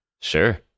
Sure